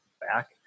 back